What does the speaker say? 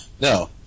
no